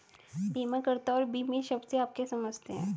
बीमाकर्ता और बीमित शब्द से आप क्या समझते हैं?